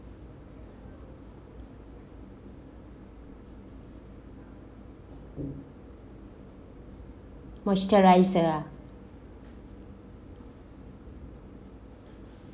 moisturizer ah